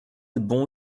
bon